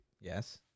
yes